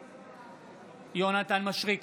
בעד יונתן מישרקי,